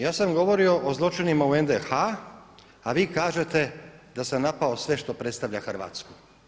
Ja sam govorio o zločinima u NDH-a a vi kažete da sam napao sve što predstavlja Hrvatsku.